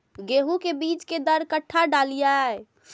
गेंहू के बीज कि दर कट्ठा डालिए?